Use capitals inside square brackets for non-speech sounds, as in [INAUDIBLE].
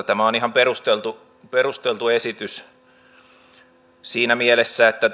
[UNINTELLIGIBLE] tämä on ihan perusteltu perusteltu esitys siinä mielessä että [UNINTELLIGIBLE]